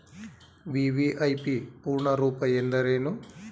VVIP ಪೂರ್ಣ ರೂಪ ಎಂದರೇನು?